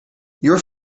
your